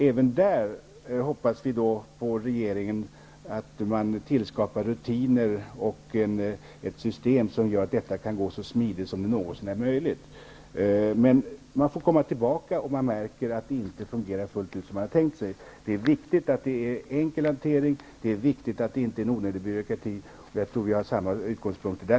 Även där hoppas vi att regeringen tillskapar rutiner och ett system som gör att det kan gå så smidigt som det någonsin är möjligt. Vi får komma tillbaka om vi märker att det inte fungerar fullt ut som man hade tänkt sig. Det är viktigt att hanteringen är enkel och att det inte är någon onödig byråkrati. Därvidlag tror jag att vi har samma utgångspunkter.